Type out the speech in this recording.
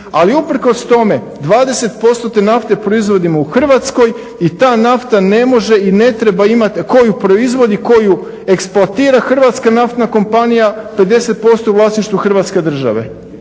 Ali usprkos tome 20% te nafte proizvodimo u Hrvatskoj i ta nafta ne može i ne treba imat tko ju proizvodi, tko ju eksploatira. Hrvatska naftna kompanija 50% u vlasništvu Hrvatske države,